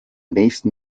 nächsten